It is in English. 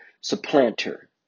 supplanter